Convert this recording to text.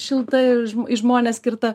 šiltai į žmones skirta